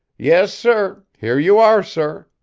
yes, sir here you are, sir.